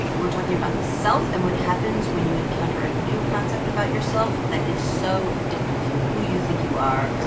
we're talking about the self and what happens when you encounter a new concept about yourself that is so different from who you think you are.